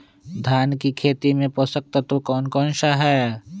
धान की खेती में पोषक तत्व कौन कौन सा है?